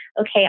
okay